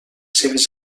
seves